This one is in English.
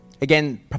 Again